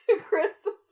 Crystal